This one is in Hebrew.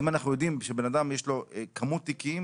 האם אנחנו יודעים שבן אדם יש לו כמות תיקים,